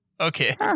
Okay